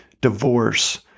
divorce